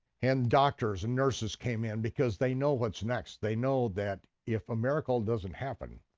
and doctors and nurses came in because they know what's next, they know that if a miracle doesn't happen,